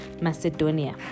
Macedonia